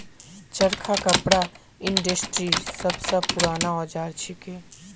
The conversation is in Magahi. चरखा कपड़ा इंडस्ट्रीर सब स पूराना औजार छिके